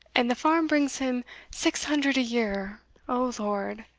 and the farm brings him six hundred a-year o lord!